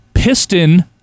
piston